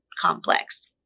complex